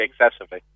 excessively